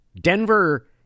Denver